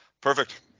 Perfect